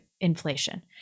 inflation